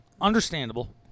understandable